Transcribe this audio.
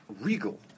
regal